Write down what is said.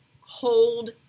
hold